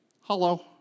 Hello